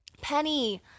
Penny